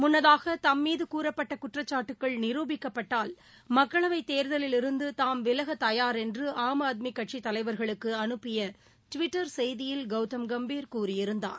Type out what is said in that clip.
முன்னதாக தம் மீது கூறப்பட்ட குற்றச்சாட்டுக்கள் நிரூபிக்கப்பட்டால் மக்களவைத் தேர்தலிலிருந்து தாம் விலக தயார் என்று ஆம் ஆத்மி கட்சித் தலைவர்களுக்கு அனுப்பிய டுவிட்டர் செய்தியில் கௌதம் கம்பிர கூறியிருந்தார்